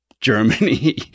Germany